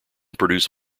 produce